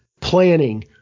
planning